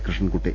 Krishnankutty